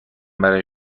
برای